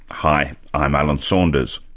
hi, i'm alan saunders.